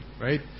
Right